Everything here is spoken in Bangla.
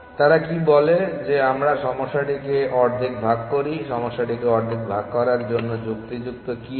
তারা কি বলে যে আমরা সমস্যাটিকে অর্ধেক ভাগ করি সমস্যাটিকে অর্ধেক ভাগ করার জন্য যুক্তিযুক্ত কি হবে